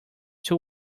two